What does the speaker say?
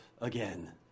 again